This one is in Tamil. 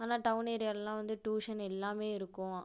ஆனால் டவுன் ஏரியாவிலெல்லாம் வந்து ட்யூஷன் எல்லாமே இருக்கும்